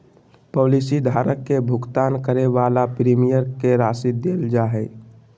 policy धारक के भुगतान करे वाला प्रीमियम के राशि देल जा हइ